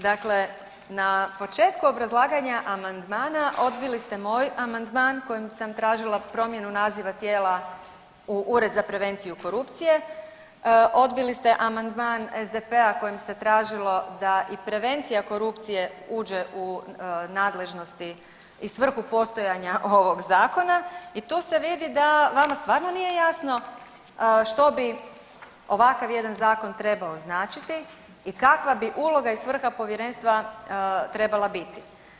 Dakle, na početku obrazlaganja amandmana odbili ste moj amandman kojim sam tražila promjenu naziva tijela u ured za prevenciju korupcije, odbili ste amandman SDP-a kojim se tražilo da i prevencija korupcije uđe u nadležnosti i svrhu postojanja ovog zakona i tu se vidi da vama stvarno nije jasno što bi ovakav jedan zakon trebao značiti i kakva bi uloga i svrha povjerenstva trebala biti.